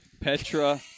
Petra